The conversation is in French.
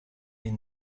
est